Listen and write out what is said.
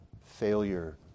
failure